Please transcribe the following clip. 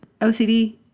OCD